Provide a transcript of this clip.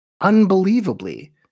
unbelievably